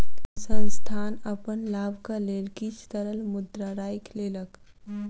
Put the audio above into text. संस्थान अपन लाभक लेल किछ तरल मुद्रा राइख लेलक